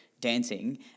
...dancing